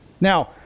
Now